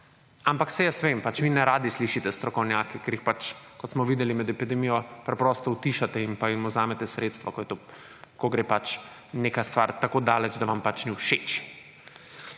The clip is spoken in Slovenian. ampak saj jaz vem, pač vi neradi slišite strokovnjake, ker jih pač, kot smo videli med epidemijo, preprosto utišate in jim vzamete sredstvo, ko gre pač neka stvar tako daleč, da vam pač ni všeč.